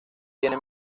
tiene